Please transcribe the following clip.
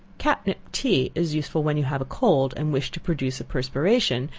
catnip tea is useful when you have a cold, and wish to produce a perspiration,